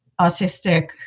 autistic